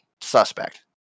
suspect